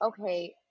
okay